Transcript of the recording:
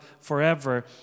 forever